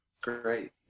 Great